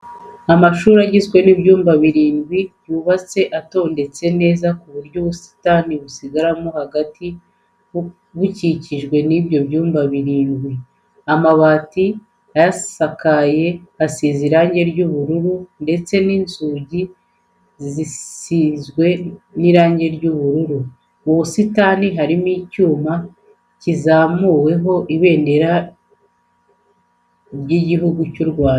Amashuri agizwe n'ibyumba birindwi yubatse atondetse neza ku buryo ubusitani busigaramo hagati bukikijwe n'ibyo byumba birindwi. Amabati ayasakaye asize irange ry'ubururu ndetse n'inzugi zisizwe irange ry'ubururu. Mu busitani harimo icyuma kizamuweho ibendera ry'Igihugu cy'u Rwanda.